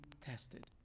tested